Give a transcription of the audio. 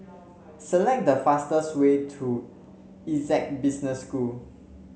select the fastest way to Essec Business School